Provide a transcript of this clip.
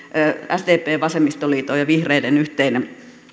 sdpn vasemmistoliiton ja vihreiden yhteinen